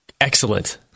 Excellent